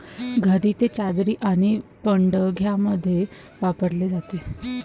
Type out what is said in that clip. घरी ते चादरी आणि पडद्यांमध्ये वापरले जाते